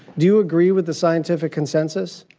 do you agree with the scientific consensus?